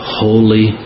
holy